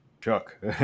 Chuck